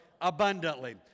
abundantly